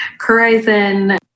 Horizon